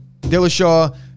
Dillashaw